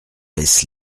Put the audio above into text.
laisse